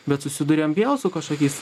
bet susiduriam vėl su kažkokiais